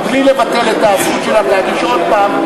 מבלי לבטל את הזכות שלהם להגיש עוד הפעם,